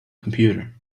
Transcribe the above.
computer